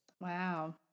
Wow